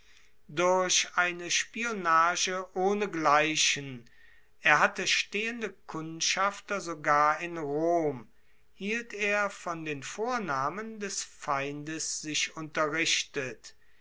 durch eine spionage ohnegleichen er hatte stehende kundschafter sogar in rom hielt er von den vornahmen des feindes sich unterrichtet